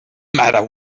matter